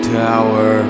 tower